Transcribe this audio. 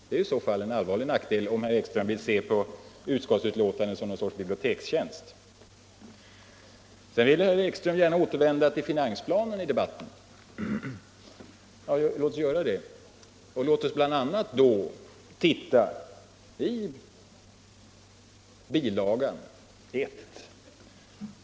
Det är i så fall en allvarlig nackdel om herr Ekström vill se på utskottets betänkande som en sorts bibliotekstjänst. Herr Ekström ville gärna återvända till finansplanen i debatten. Ja, låt oss göra det och bl.a. titta i bilaga 1.